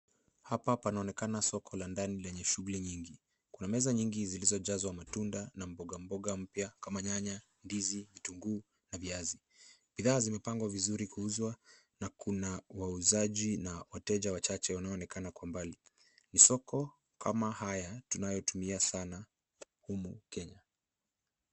Hapa panaonekana soko la ndani lenye shughuli nyingi. Kuna meza nyingi zilizojazwa matunda na mboga mboga mpya kama nyanya, ndizi, vitunguu na viazi. Bidhaa zimepangwa vizuri kuuzwa na kuna wauzaji na wateja wachache wanaoonekana kwa mbali. Ni soko kama haya tunayotumia sana hapa Kenya.